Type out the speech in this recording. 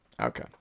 Okay